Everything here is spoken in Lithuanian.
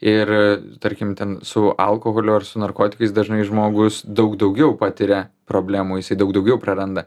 ir tarkim ten su alkoholiu ar su narkotikais dažnai žmogus daug daugiau patiria problemų jisai daug daugiau praranda